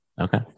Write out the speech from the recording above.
Okay